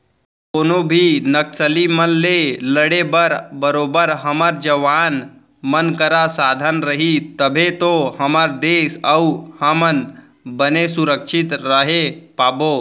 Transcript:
कोनो भी नक्सली मन ले लड़े बर बरोबर हमर जवान मन करा साधन रही तभे तो हमर देस अउ हमन बने सुरक्छित रहें पाबो